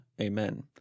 Amen